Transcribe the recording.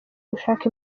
gushaka